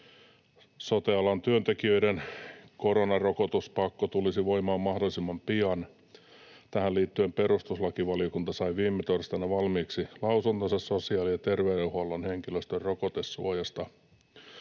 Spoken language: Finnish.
Sote-alan työntekijöiden koronarokotuspakko tulisi voimaan mahdollisimman pian. Tähän liittyen perustuslakivaliokunta sai viime torstaina valmiiksi lausuntonsa sosiaali- ja terveydenhuollon henkilöstön rokotesuojasta.